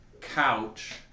couch